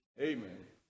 Amen